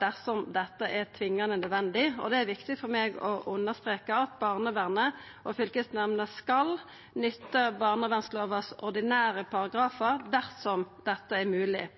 dersom dette er tvingande nødvendig. Det er viktig for meg å understreka at barnevernet og fylkesnemnda skal nytta dei ordinære paragrafane i barnevernslova dersom dette er mogleg.